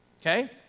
okay